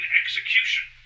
execution